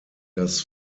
das